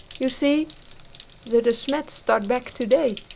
you see the de smets start back today,